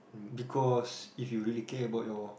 because if you really care about your